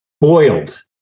Boiled